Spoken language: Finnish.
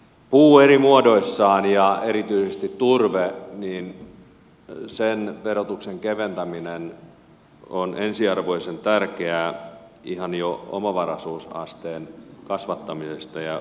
puun eri muodoissaan ja erityisesti turpeen verotuksen keventäminen on ensiarvoisen tärkeää ihan jo omavaraisuusasteen kasvattamiseksi ja